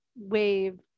wave